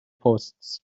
posts